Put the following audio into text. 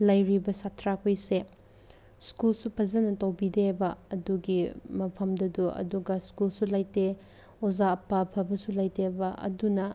ꯂꯩꯔꯤꯕ ꯁꯥꯇ꯭ꯔꯈꯣꯏꯁꯦ ꯁ꯭ꯀꯨꯜꯁꯨ ꯐꯖꯅ ꯇꯧꯕꯤꯗꯦꯕ ꯑꯗꯨꯒꯤ ꯃꯐꯝꯗꯨꯗꯣ ꯑꯗꯨꯒ ꯁ꯭ꯀꯨꯜꯁꯨ ꯂꯩꯇꯦ ꯑꯣꯖꯥ ꯑꯐ ꯑꯐꯕꯁꯨ ꯂꯩꯇꯦꯕ ꯑꯗꯨꯅ